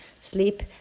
sleep